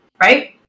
right